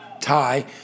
tie